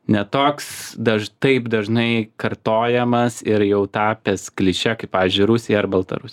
ne toks daž taip dažnai kartojamas ir jau tapęs kliše kaip pavyzdžiui rusija ar baltarusija